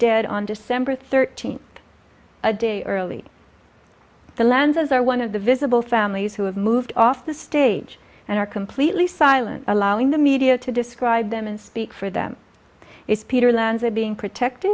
dead on december thirteenth a day early the landers are one of the visible families who have moved off the stage and are completely silent allowing the media to describe them and speak for them is peter lanza being protected